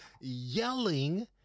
yelling